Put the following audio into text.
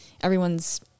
everyone's